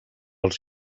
els